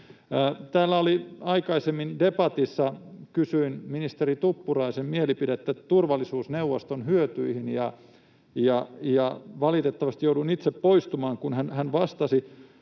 Täällä aikaisemmin debatissa kysyin ministeri Tuppuraisen mielipidettä turvallisuusneuvoston hyötyihin. Valitettavasti jouduin itse poistumaan, kun hän vastasi,